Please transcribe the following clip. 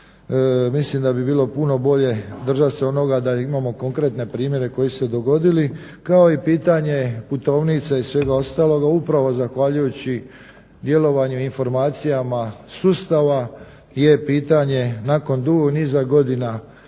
mislim da bi bilo puno bolje držat se onoga da imamo konkretne primjere koji su se dogodili kao i pitanje putovnica i svega ostaloga upravo zahvaljujući djelovanje i informacijama sustava gdje je pitanje nakon dugog niza godina